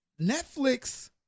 Netflix